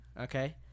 okay